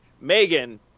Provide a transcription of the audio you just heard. Megan